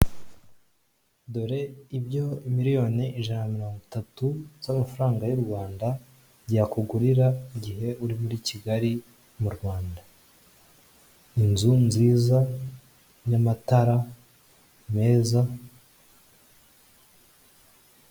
Dore ibyo miliyoni ijana na moringo itatu yakugurira mu gihe uri muri Kigali mu Rwanda , inzu nziza y'amatara meza .